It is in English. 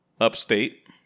upstate